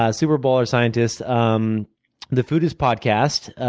ah super baller scientist. um the foodist podcast.